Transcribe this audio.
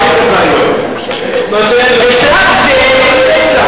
היינו שולחים 40 כבאיות.